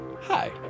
hi